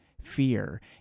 fear